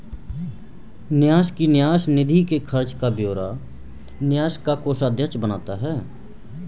न्यास की न्यास निधि के खर्च का ब्यौरा न्यास का कोषाध्यक्ष बनाता है